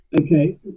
Okay